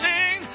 Sing